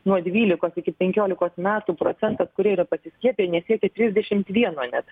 nuo dvylikos iki penkiolikos metų procentas kurie yra pasiskiepiję nesiekia trisdešimt vieno net